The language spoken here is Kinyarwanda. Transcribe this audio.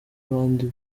bandi